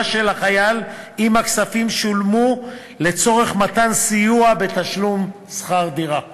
של החייל אם הכספים שולמו לצורך מתן סיוע בתשלום שכר-דירה בלבד,